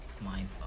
Mind